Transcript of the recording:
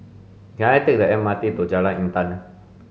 can I take the M R T to Jalan Intan